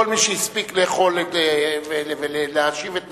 כל מי שהספיק לאכול ולהשיב את נפשו,